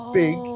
big